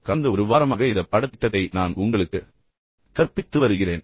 கடந்த ஒரு வாரமாக இந்த பாடத்திட்டத்தை நான் உங்களுக்கு கற்பித்து வருகிறேன்